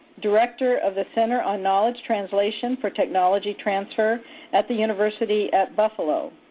director of the center on knowledge translation for technology transfer at the university at buffalo.